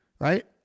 Right